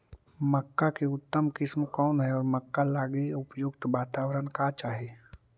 मक्का की उतम किस्म कौन है और मक्का लागि उपयुक्त बाताबरण का चाही?